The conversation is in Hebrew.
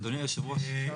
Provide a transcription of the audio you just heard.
בוועדה, כן.